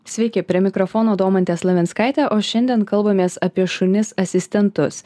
sveiki prie mikrofono domantė slavinskaitė o šiandien kalbamės apie šunis asistentus